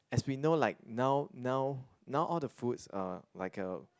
as we know like now now now all the foods are like a